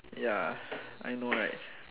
ya I know right